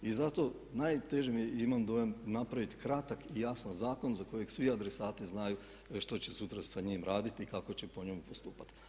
I zato, najteže je, imam dojam napraviti kratak i jasan zakon za kojeg svi adresati znaju što će sutra sa njim raditi i kako će po njemu postupati.